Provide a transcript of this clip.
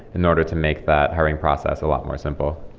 in order to make that hiring process a lot more simple